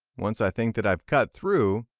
once i think that i have cut through,